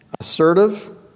assertive